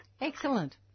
Excellent